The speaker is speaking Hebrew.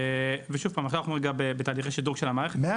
ושוב פעם, אנחנו עכשיו בתהליכי שדרוג של המערכת.